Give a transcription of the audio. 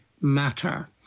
matter